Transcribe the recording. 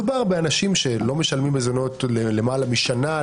מדובר באנשים שלא משלמים מזונות למעלה משנה,